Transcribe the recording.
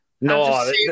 No